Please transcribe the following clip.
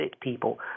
people